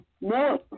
no